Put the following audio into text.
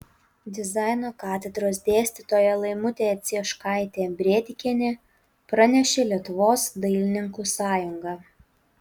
dizaino katedros dėstytoja laimutė cieškaitė brėdikienė pranešė lietuvos dailininkų sąjunga